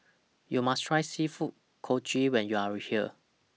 YOU must Try Seafood Congee when YOU Are here